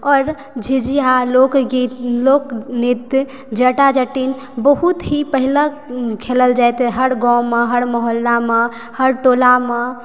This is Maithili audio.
आओर झिझिया लोकगीत लोकनृत्य जटा जटिन बहुत ही पहिले खेलल जाइत हर गावमे हर मोहल्लामे हर टोलामे